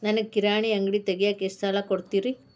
ನನಗ ಕಿರಾಣಿ ಅಂಗಡಿ ತಗಿಯಾಕ್ ಎಷ್ಟ ಸಾಲ ಕೊಡ್ತೇರಿ?